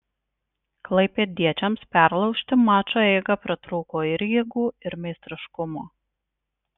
klaipėdiečiams perlaužti mačo eigą pritrūko ir jėgų ir meistriškumo